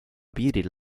piiril